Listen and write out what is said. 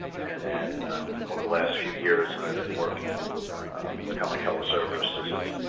and then over the last few years, i've been working with helen keller services,